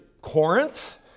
Corinth